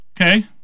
Okay